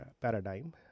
paradigm